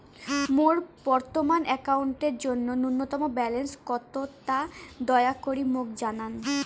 মোর বর্তমান অ্যাকাউন্টের জন্য ন্যূনতম ব্যালেন্স কত তা দয়া করি মোক জানান